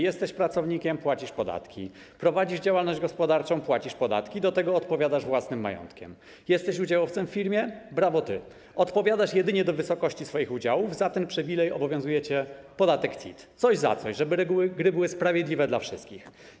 Jesteś pracownikiem - płacisz podatki, prowadzisz działalność gospodarczą - płacisz podatki, do tego odpowiadasz własnym majątkiem, jesteś udziałowcem w firmie - brawo ty, odpowiadasz jedynie do wysokości swoich udziałów, za ten przywilej obowiązuje cię podatek CIT, coś za coś, żeby reguły gry były sprawiedliwe dla wszystkich.